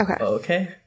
Okay